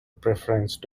preference